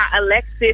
Alexis